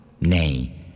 Nay